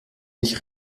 sich